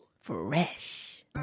Fresh